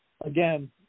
again